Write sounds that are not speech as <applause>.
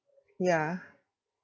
yeah <breath>